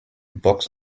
box